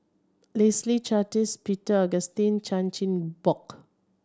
Leslie Charteris Peter Augustine Chan Chin Bock